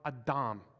Adam